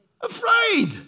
afraid